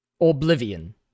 Oblivion